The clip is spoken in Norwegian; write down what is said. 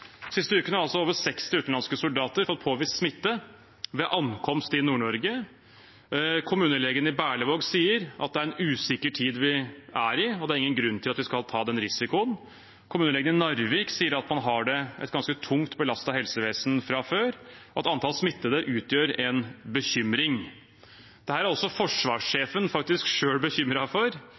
siste ukene har over 60 utenlandske soldater fått påvist smitte ved ankomst til Nord-Norge. Kommunelegen i Berlevåg sier: «Det er en usikker tid vi er i, og det er ingen grunn til at vi skal ta den risikoen.» Kommunelegen i Narvik sier at de har et ganske tungt belastet helsevesen fra før, og at antall smittede utgjør en bekymring. Forsvarssjefen er også selv bekymret. Han kan ikke gi noen garanti for